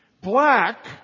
Black